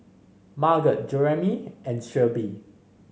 Margot Jeramie and Shelbie